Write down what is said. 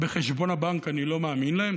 בחשבון הבנק, אני לא מאמין להם.